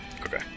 Okay